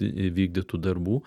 įvykdytų darbų